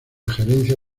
gerencia